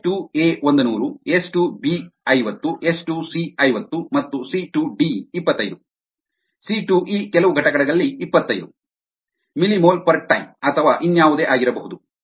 S to A ಒಂದನೂರು A to B ಐವತ್ತು ಮತ್ತು ಎ ಟು ಸಿ ಐವತ್ತು ಮತ್ತು ಸಿ ಟು ಡಿ ಇಪ್ಪತೈದು ಸಿ ಟು ಇ ಕೆಲವು ಘಟಕಗಳಲ್ಲಿ ಇಪ್ಪತೈದು ಮಿಲಿಮೋಲ್ ಪರ್ ಟೈಮ್ ಅಥವಾ ಇನ್ಯಾವುದೇ ಆಗಿರಬಹುದು